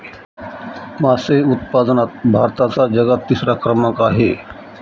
मासे उत्पादनात भारताचा जगात तिसरा क्रमांक आहे